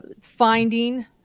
finding